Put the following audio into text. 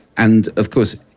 and, of course,